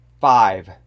Five